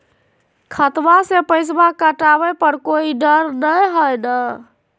खतबा से पैसबा कटाबे पर कोइ डर नय हय ना?